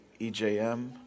EJM